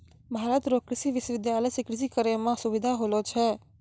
भारत रो कृषि विश्वबिद्यालय से कृषि करै मह सुबिधा होलो छै